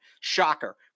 Shocker